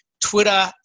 twitter